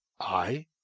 I